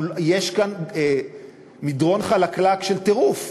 יש כאן מדרון חלקלק של טירוף,